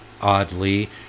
oddly